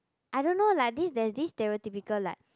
I don't know like this there's this stereotypical like